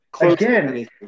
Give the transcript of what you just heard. Again